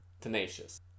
tenacious